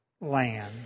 land